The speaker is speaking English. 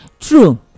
True